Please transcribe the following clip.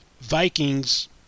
Vikings